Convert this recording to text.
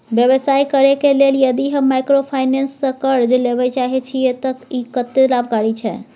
व्यवसाय करे के लेल यदि हम माइक्रोफाइनेंस स कर्ज लेबे चाहे छिये त इ कत्ते लाभकारी छै?